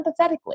empathetically